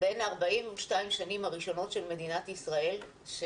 בין 42 השנים הראשונות של מדינת ישראל,